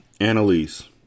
Annalise